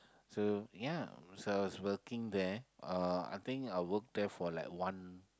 so ya so as I was working there uh I think I worked there for like one